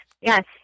Yes